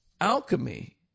alchemy